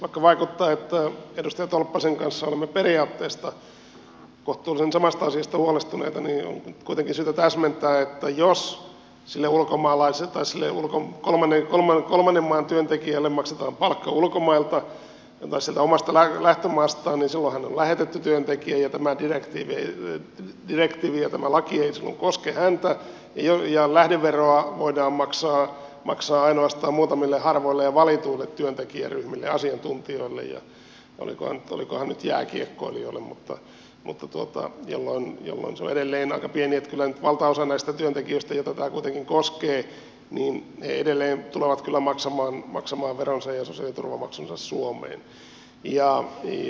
vaikka vaikuttaa että edustaja tolppasen kanssa olemme periaatteesta kohtuullisen samasta asiasta huolestuneita on nyt kuitenkin syytä täsmentää että jos sille kolmannen maan työntekijälle maksetaan palkka ulkomailta sieltä omasta lähtömaastaan niin silloin hän on lähetetty työntekijä ja tämä direktiivi ja tämä laki eivät silloin koske häntä ja lähdeveroa voidaan maksaa ainoastaan muutamille harvoille ja valituille työntekijäryhmille asiantuntijoille ja olikohan nyt jääkiekkoilijoille jolloin se määrä on edelleen aika pieni niin että kyllä nyt valtaosa näistä työntekijöistä joita tämä kuitenkin koskee he edelleen tulevat kyllä maksamaan veronsa ja sosiaaliturvamaksunsa suomeen